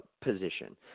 position